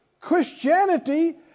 Christianity